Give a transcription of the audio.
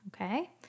okay